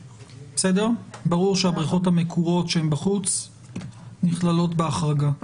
ברור שהבריכות המקורות שהן בחוץ נכללות בהחרגה.